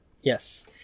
Yes